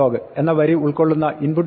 " എന്ന വരി ഉൾക്കൊള്ളുന്ന input